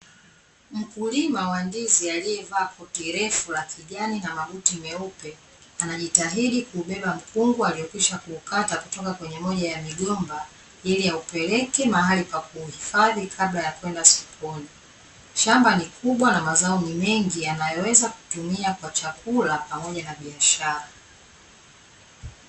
Mkulima wa ndizi aliyevaa koti refu la kijani na mabuti meupe, anajitahidi kuubeba mkungu aliokwisha kuukata kutoka kwenye moja ya migomba, ili aupeleke mahali pa kuhifadhi kabla ya kwenda sokoni. Shamba ni kubwa na mazao ni mengi, yanayoweza kutumiwa kwa chakula pamoja na biashara.